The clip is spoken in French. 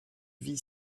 vie